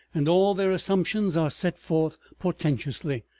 and all their assumptions are set forth, portentously,